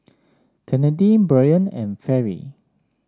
Kennedi Brion and Fairy